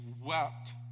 wept